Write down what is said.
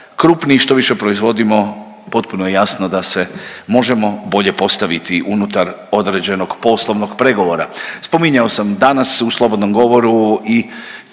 krupniji, što više proizvodimo potpuno je jasno da se možemo bolje postaviti unutar određenog poslovnog pregovora. Spominjao sam danas u slobodnom govoru i